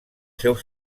seus